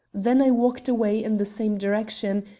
then i walked away in the same direction,